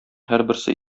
һәрберсе